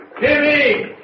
Jimmy